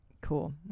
Cool